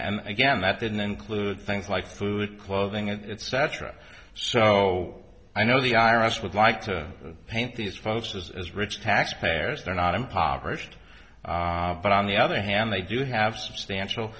and again that didn't include things like food clothing and it's cetera so i know the i r s would like to paint these folks as rich taxpayers they're not impoverished but on the other hand they do have substantial